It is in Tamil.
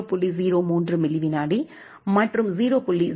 03 மில்லி விநாடி மற்றும் 0